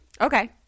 Okay